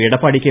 Edappadi K